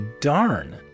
darn